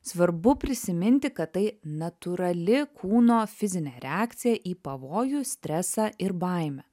svarbu prisiminti kad tai natūrali kūno fizinė reakcija į pavojų stresą ir baimę